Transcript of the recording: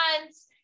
months